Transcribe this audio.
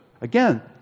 Again